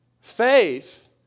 Faith